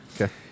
Okay